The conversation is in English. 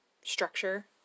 structure